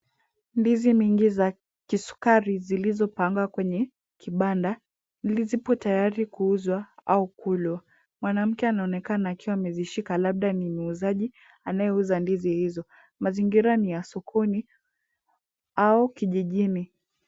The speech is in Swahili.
Ndizi mingi za kisukari zilizopangwa kwenye kibanda zipo tayari kuuzwa au kulwa. Mwanamke anaonekana akiwa amezishika labda ni muuzaji anayeuza ndizi hizo. Mazingira ni ya sokoni au kijijini.